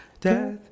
death